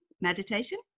meditation